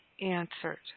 answered